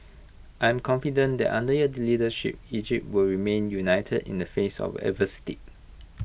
I am confident that under your leadership Egypt will remain united in the face of adversity